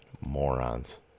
Morons